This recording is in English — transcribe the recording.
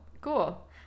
cool